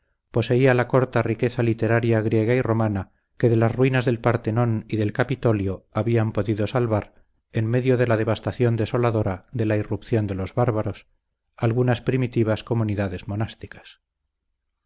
poseía la corta riqueza literaria griega y romana que de las ruinas del partenón y del capitolio habían podido salvar en medio de la devastación desoladora de la irrupción de los bárbaros algunas primitivas comunidades monásticas